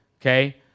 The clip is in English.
okay